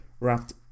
wrapped